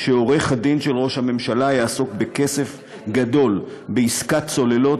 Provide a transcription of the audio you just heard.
שעורך הדין של ראש הממשלה יעסוק בכסף גדול בעסקת צוללות